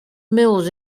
mills